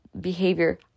behavior